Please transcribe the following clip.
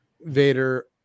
Vader